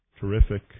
terrific